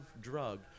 drug